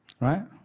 Right